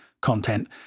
content